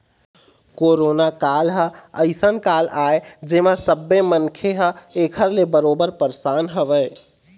corona काल ह अइसन काल आय जेमा सब्बे मनखे ह ऐखर ले बरोबर परसान हवय